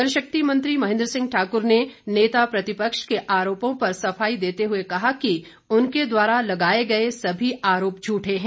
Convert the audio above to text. जलशक्ति मंत्री महेंद्र सिंह ठाकुर ने नेता प्रतिपक्ष के आरोपों पर सफाई देते हुए कहा कि उनके द्वारा लगाए गए सभी आरोप झूठे हैं